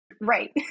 Right